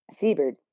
Seabird